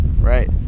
right